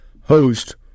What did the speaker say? host